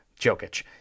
Jokic